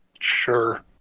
Sure